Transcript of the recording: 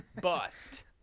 Bust